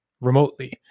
remotely